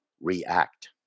react